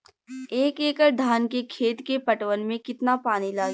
एक एकड़ धान के खेत के पटवन मे कितना पानी लागि?